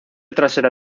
trasera